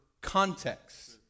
context